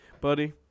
Buddy